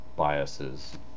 biases